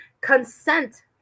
Consent